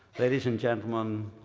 ladies and gentlemen,